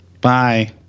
Bye